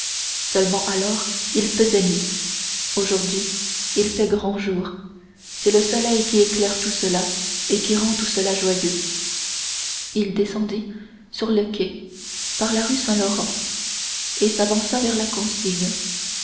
seulement alors il faisait nuit aujourd'hui il fait grand jour c'est le soleil qui éclaire tout cela et qui rend tout cela joyeux il descendit sur le quai par la rue saint-laurent et s'avança vers la consigne